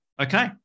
Okay